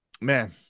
man